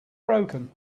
broken